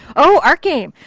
oh! art game.